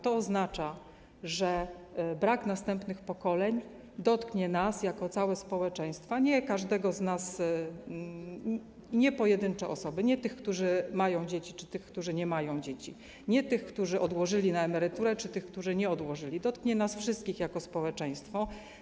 To oznacza, że brak następnych pokoleń dotknie nas jako całe społeczeństwo, nie każdego z nas, nie pojedyncze osoby, nie tych, którzy mają dzieci, czy tych, którzy nie mają dzieci, nie tych, którzy odłożyli na emeryturę, czy tych, którzy nie odłożyli, dotknie nas wszystkich jako społeczeństwo.